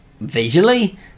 visually